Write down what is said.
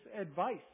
advice